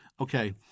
okay